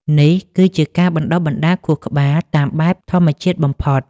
នេះគឺជាការបណ្តុះបណ្តាលខួរក្បាលតាមបែបធម្មជាតិបំផុត